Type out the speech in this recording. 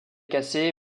cassée